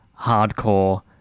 hardcore